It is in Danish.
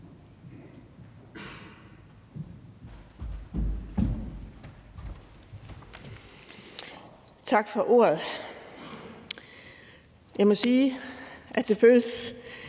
Tak for ordet. Jeg må sige, at det føles